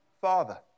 Father